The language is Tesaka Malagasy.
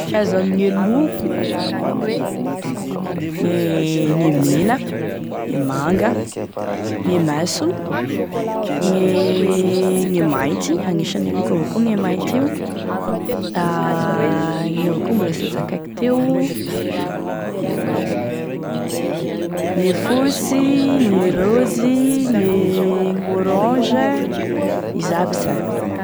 Karazane loko e mena e manga e mainso e mainty, anisane loko avao koa e mainty io aaaa ino avao koa e mbola sy nozakaiko teo gne fosy gne rozy gne orange izy aby zany.